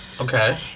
Okay